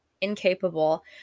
incapable